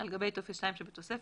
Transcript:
על גבי טופס 2 שבתוספת,